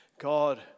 God